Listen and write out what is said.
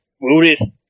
Buddhist